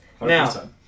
Now